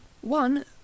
One